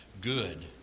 good